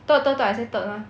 third third third I say third mah